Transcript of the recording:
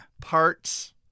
Parts